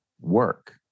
work